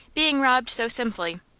being robbed so simply,